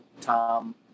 Tom